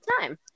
time